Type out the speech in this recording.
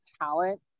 talent